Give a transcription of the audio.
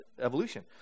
evolution